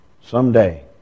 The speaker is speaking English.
someday